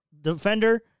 defender